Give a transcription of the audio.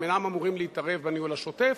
הם אינם אמורים להתערב בניהול השוטף,